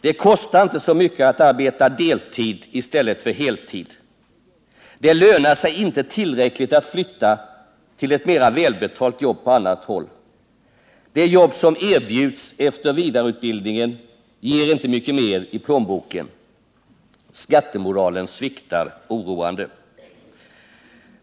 Det kostar inte så mycket att arbeta deltid i stället för heltid. Det lönar sig inte tillräckligt att flytta till ett mera välbetalt jobb på annat håll. Det jobb som erbjuds efter vidareutbildningen ger inte mycket mer i plånboken. Skattemoralen sviktar oroande.